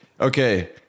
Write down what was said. Okay